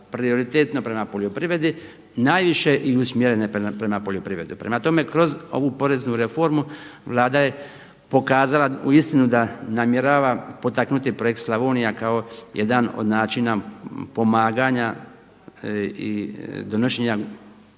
prioritetno prema poljoprivredi najviše i usmjerene prema poljoprivredi. Prema tome, kroz ovu poreznu reformu Vlada je pokazala uistinu da namjerava potaknuti projekt Slavonija kao jedan od načina pomaganja i donošenja